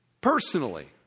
Personally